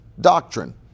doctrine